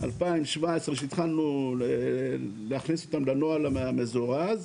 2017 כשהתחלנו להכניס אותם בנוהל מזורז,